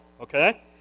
okay